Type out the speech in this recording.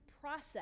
process